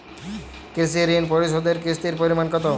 কৃষি ঋণ পরিশোধের কিস্তির পরিমাণ কতো?